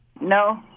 No